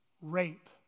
rape